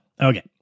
okay